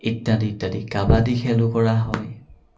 ইত্যাদি ইত্যাদি কাবাদী খেলো কৰা হয়